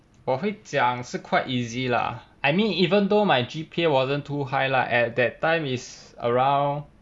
我会讲是 quite easy lah I mean even though my G_P_A wasn't too high lah at that time is around